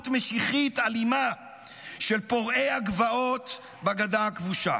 משיחית אלימה של פורעי הגבעות בגדה הכבושה.